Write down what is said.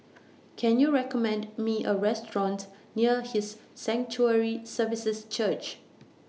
Can YOU recommend Me A Restaurant near His Sanctuary Services Church